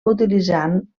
utilitzant